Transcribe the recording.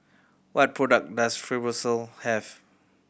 what product does Fibrosol have